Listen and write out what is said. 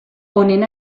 honen